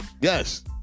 Yes